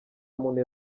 muntu